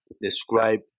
describe